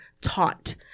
taught